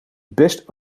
best